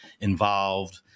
involved